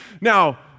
now